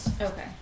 Okay